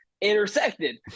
intersected